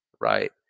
right